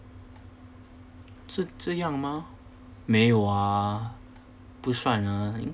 是这样吗没有啊不算啊